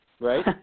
Right